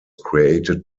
created